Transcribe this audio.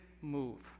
move